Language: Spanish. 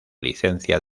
licencia